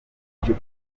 yagize